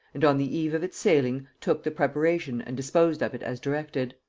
and on the eve of its sailing took the preparation and disposed of it as directed.